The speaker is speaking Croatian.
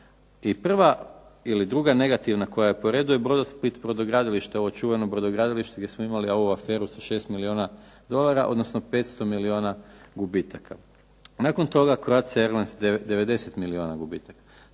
i prva ili druga negativna koja je po redu je Brodosplit brodogradilište, ovo čuveno brodogradilište gdje smo imali ovu aferu sa 6 milijuna dolara, odnosno 500 milijuna gubitaka. Nakon toga Croatia airlines 90 milijuna gubitaka.